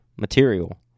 material